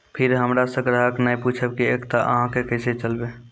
फिर हमारा से ग्राहक ने पुछेब की एकता अहाँ के केसे चलबै?